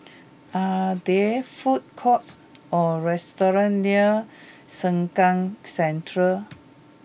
are there food courts or restaurants near Sengkang Central